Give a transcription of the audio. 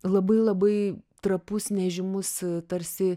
labai labai trapus nežymus tarsi